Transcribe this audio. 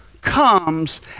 comes